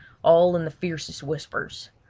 all in the fiercest whispers.